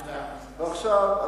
ועכשיו,